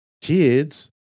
kids